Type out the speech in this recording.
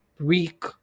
week